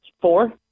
four